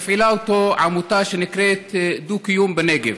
מפעילה אותו עמותה שנקראת דו-קיום בנגב.